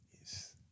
Yes